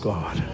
God